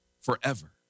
forever